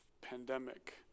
pandemic